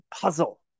puzzle